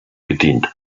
gedient